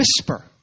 whisper